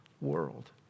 world